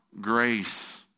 grace